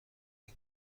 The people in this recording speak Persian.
این